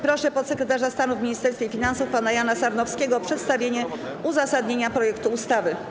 Proszę podsekretarza stanu w Ministerstwie Finansów pana Jana Sarnowskiego o przedstawienie uzasadnienia projektu ustawy.